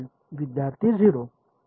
विद्यार्थी 0